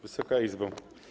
Wysoka Izbo!